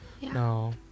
No